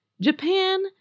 Japan